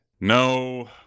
No